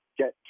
get